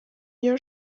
your